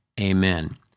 Amen